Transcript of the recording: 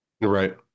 Right